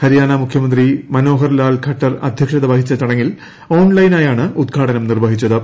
ഹരിയാന മുഖ്യമന്ത്രി മനോഹർ ലാൽ ഖട്ടർ അദ്ധ്യക്ഷത വഹിച്ച ചടങ്ങിൽ ഓൺഗ്ലൈനായാണ് ഉദ്ഘാടനം നിർവ്വഹിച്ചത്